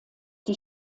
die